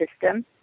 system